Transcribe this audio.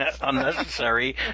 unnecessary